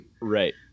Right